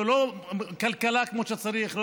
ללא כלכלה כמו שצריך,